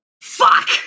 Fuck